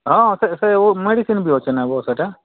ହଁ ସେ ମେଡ଼ିସିନ୍ ବି ଅଛେ ନେବ ସେଟା